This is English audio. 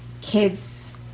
kids